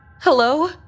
Hello